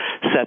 set